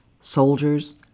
soldiers